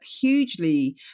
hugely